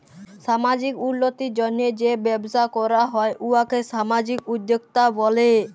সামাজিক উল্লতির জ্যনহে যে ব্যবসা ক্যরা হ্যয় উয়াকে সামাজিক উদ্যোক্তা ব্যলে